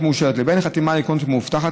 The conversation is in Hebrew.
המאושרת לבין החתימה האלקטרונית המאובטחת,